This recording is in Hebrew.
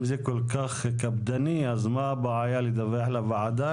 אם זה כל כך קפדני, מה הבעיה לדווח לוועדה?